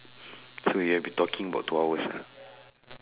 so you have been talking about two hours ah